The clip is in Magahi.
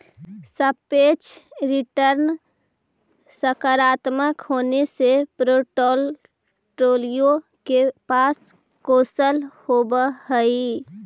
सापेक्ष रिटर्न सकारात्मक होने से पोर्ट्फोलीओ के पास कौशल होवअ हई